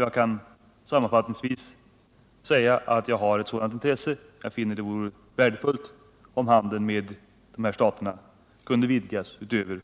Jag kan sammanfattningsvis säga att jag har ett sådant intresse. Det vore värdefullt om handeln med de här staterna kunde vidgas utöver